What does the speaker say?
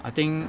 I think